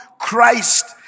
Christ